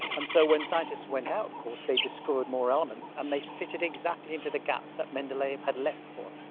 and so when scientists went out, of course, they discovered more elements and they fitted exactly into the gaps that mendeleev had left for